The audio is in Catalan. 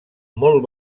molt